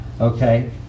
Okay